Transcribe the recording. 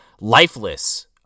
lifeless